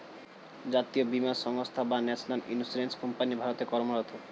জাতীয় বীমা সংস্থা বা ন্যাশনাল ইন্স্যুরেন্স কোম্পানি ভারতে কর্মরত